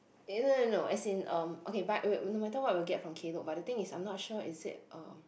no no no as in um okay but wait no matter what we will get from Klook but the thing is I'm not sure is it um